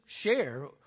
share